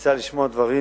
יצא לי לשמוע דברים